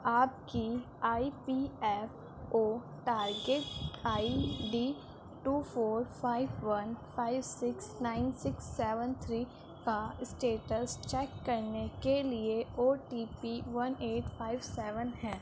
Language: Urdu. آپ کی I P F O target I D two four five one five six nine six seven three کا اسٹیٹس چیک کرنے کے لیے O T P one eight five seven ہیں